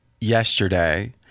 yesterday